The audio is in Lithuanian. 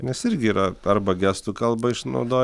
nes irgi yra arba gestų kalbą išnaudo